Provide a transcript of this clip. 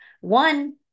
One